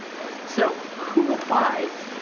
right. so who applies?